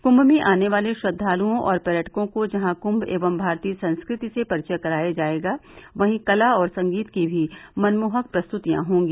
कृंम में आने वाले श्रद्वालुओं और पर्यटकों को जहां कृंम एवं भारतीय संस्कृति से परिचित कराया जायेगा वहीं कला और संगीत की भी मनमोहक प्रस्तुतियां होंगी